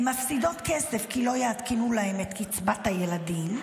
הן מפסידות כסף כי לא יעדכנו להן את קצבת הילדים.